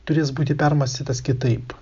turės būti permąstytas kitaip